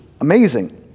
Amazing